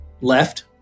left